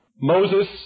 Moses